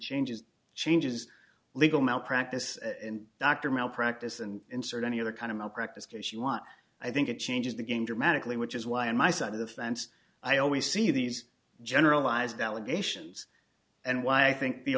changes changes legal malpractise and doctor malpractise and insert any other kind of malpractise case you want i think it changes the game dramatically which is why on my side of the fence i always see these generalized allegations and why i think the